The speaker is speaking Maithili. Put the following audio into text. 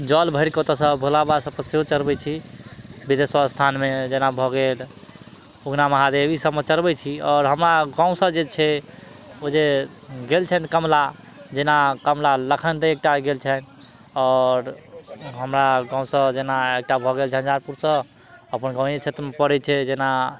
जल भरि कऽ ओतऽ सँ भोलाबाबा सब पर सेहो चढ़बै छी विदेश्वर स्थानमे जेना भऽ गेल उगना महादेव सबमे चढ़बै छी आओर हमरा गाँव सऽ जे छै ओ जे गेल छनि कमला जेना कमला लखनदै एकटा गेल छनि आओर हमरा गाँव सऽ जेना एकटा भऽ गेल झंझारपुरसँ अपन गाँवे क्षेत्रमे पड़ै छै जेना